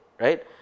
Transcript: Right